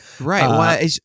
Right